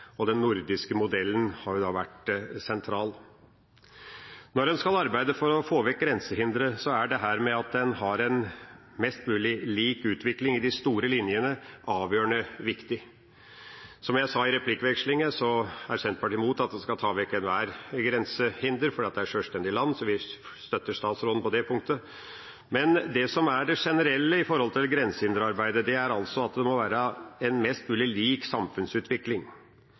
og den nordiske modellen har vært sentral. Når en skal arbeide for å få vekk grensehindre, er dette med at en har en mest mulig lik utvikling i de store linjene, avgjørende viktig. Som jeg sa i replikkvekslingen, er Senterpartiet mot at en skal ta vekk ethvert grensehinder, fordi det er sjølstendige land, så vi støtter statsråden på det punktet. Men det som er det generelle i forbindelse med grensehinderarbeidet, er at det må være en mest mulig lik samfunnsutvikling.